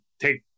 take